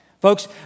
Folks